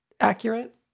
accurate